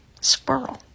squirrel